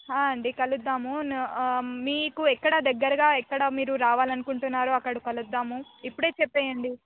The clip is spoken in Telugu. అండి కలుద్దాము మీకు ఎక్కడ దగ్గరగా ఎక్కడ మీరు రావాలనుకుంటున్నారు అక్కడ కలుద్దాము ఇప్పుడే చెప్పేయండి